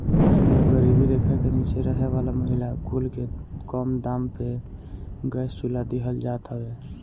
एमे गरीबी रेखा के नीचे रहे वाला महिला कुल के कम दाम पे गैस चुल्हा देहल जात हवे